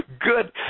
good